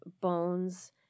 Bones